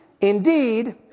Indeed